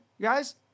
guys